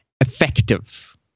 effective